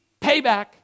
payback